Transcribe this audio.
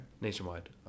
Nationwide